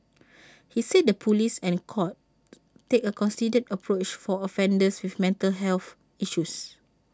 he said the Police and courts take A considered approach for offenders with mental health issues